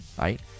right